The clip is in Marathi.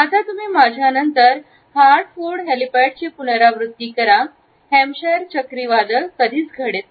आता तुम्ही माझ्यानंतर हार्ट फूड हेलिपॅडची पुनरावृत्ती करा हॅम्पशायर चक्रीवादळ कधीच घडत नाही